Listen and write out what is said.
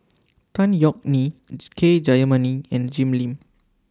Tan Yeok Nee K Jayamani and Jim Lim